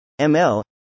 ML